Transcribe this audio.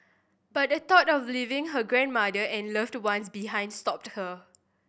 but the thought of leaving her grandmother and loved ones behind stopped her